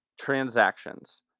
transactions